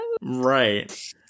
right